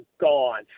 gone